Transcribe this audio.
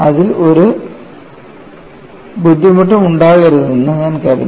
അതിൽ ഒരു ബുദ്ധിമുട്ടും ഉണ്ടാകരുതെന്ന് ഞാൻ കരുതുന്നു